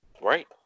Right